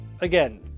again